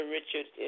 Richard